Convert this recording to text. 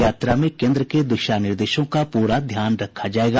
यात्रा में केन्द्र के दिशा निर्देशों का पूरा ध्यान रखा जायेगा